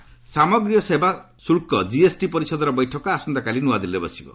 GST council ସାମଗ୍ରୀ ଓ ସେବା ଶୁଳ୍କ କିଏସ୍ଟି ପରିଷଦର ବୈଠକ ଆସନ୍ତାକାଲି ନୂଆଦିଲ୍ଲୀରେ ବସିବ